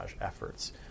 efforts